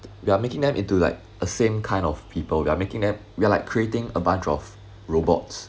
you are making them into like a same kind of people we are making them we are like creating a bunch of robots